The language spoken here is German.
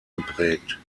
geprägt